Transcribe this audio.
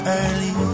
early